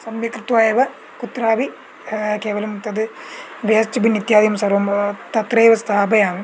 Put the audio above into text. सम्यक् कृत्वा एव कुत्रापि केवलं तद् वेस्ट्बिन् इत्यादिं सर्वं तत्रैव स्थापयामि